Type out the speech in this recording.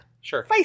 Sure